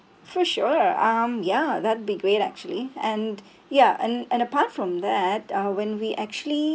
for sure um ya that'd be great actually and ya and and apart from that uh when we actually